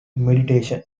meditation